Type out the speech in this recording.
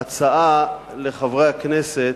הצעה לחברי הכנסת: